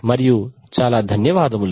మరియు చాలా ధన్యవాదములు